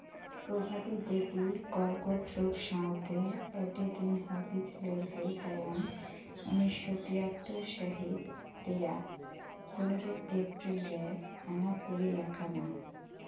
ᱯᱨᱚᱵᱷᱟᱛᱤ ᱫᱮᱵᱤ ᱠᱚᱨᱠᱚᱴ ᱨᱳᱜᱽ ᱥᱟᱶᱛᱮ ᱟᱹᱰᱤᱫᱤᱱ ᱦᱟᱹᱵᱤᱡ ᱞᱮ ᱞᱟᱹᱲᱦᱟᱹᱭ ᱛᱟᱭᱚᱢ ᱩᱱᱤᱥᱥᱚ ᱛᱤᱭᱟᱛᱛᱳᱨ ᱥᱟᱹᱦᱤᱛ ᱨᱮᱭᱟᱜ ᱯᱚᱱᱮᱨᱳᱭ ᱮᱯᱯᱨᱤᱞ ᱨᱮ ᱦᱟᱱᱟᱯᱩᱨᱤ ᱟᱠᱟᱱᱟ